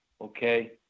okay